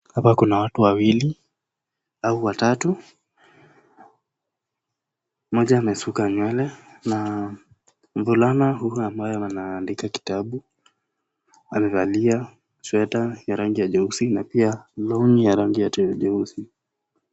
Hapa kuna watu wawili au watatu, mmoja amesuka nywele, na mvulana huyu ambaye anaandika kitabu, amevalia sweta ya rangi ya nyeusi na pia pia ya rangi nyeusi.